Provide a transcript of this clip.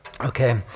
okay